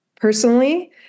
personally